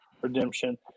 Redemption